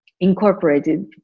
incorporated